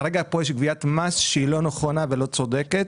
כרגע, יש פה גביית מס שהיא לא נכונה ולא צודקת,